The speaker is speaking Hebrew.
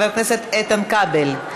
חבר הכנסת איתן כבל,